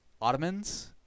Ottomans